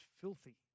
filthy